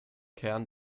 kern